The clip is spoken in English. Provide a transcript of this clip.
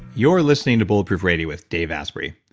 you're listening to bulletproof radio with dave asprey.